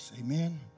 Amen